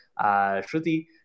Shruti